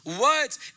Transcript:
words